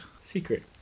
Secret